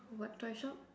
what toy shop